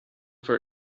for